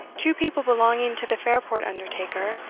two people belonging to the fairport undertaker,